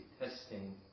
testing